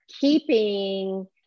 keeping